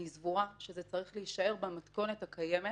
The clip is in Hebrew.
אני סבורה שזה צריך להישאר במתכונת הקיימת